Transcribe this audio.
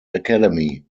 academy